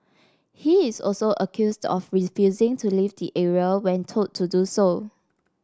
he is also accused of refusing to leave the area when told to do so